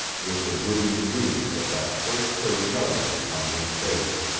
with the brooding beauty of that first-heard melody upon her face.